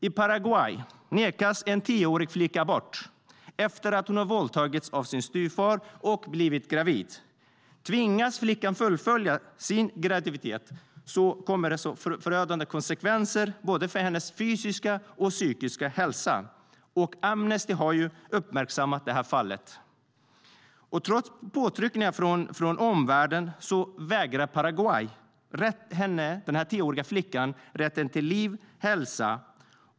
I Paraguay nekas en tioårig flicka abort efter att hon våldtagits av sin styvfar och blivit gravid. Tvingas flickan fullfölja graviditeten kan den få förödande konsekvenser för hennes fysiska och psykiska hälsa. Amnesty har uppmärksammat det här fallet. Trots påtryckningar från omvärlden vägrar Paraguay den tioåriga flickan rätten till liv och hälsa.